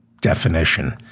definition